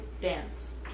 dance